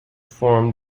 form